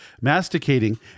masticating